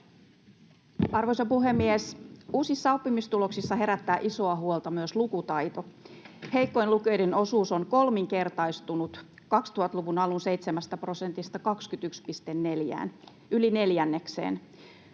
Arvoisa puhemies! Uusissa oppimistuloksissa herättää isoa huolta myös lukutaito. Heikkojen lukijoiden osuus on kolminkertaistunut 2000-luvun alun 7 prosentista 21,4:ään, yli viidennekseen.